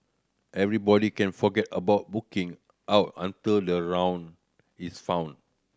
everybody can forget about booking out until the round is found